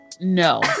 no